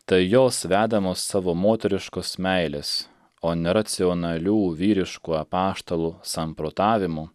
tai jos vedamos savo moteriškos meilės o ne racionalių vyriškų apaštalų samprotavimų